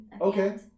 Okay